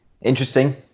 Interesting